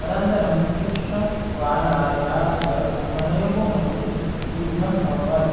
तदनन्तरं कृष्ण वानराजस्य हो अनयोः मध्ये युद्धम् अभवत्